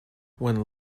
when